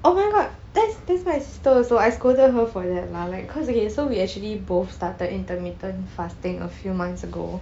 oh my god that's that's my sister also I scolded her for that lah like cause okay so we actually both started intermittent fasting a few months ago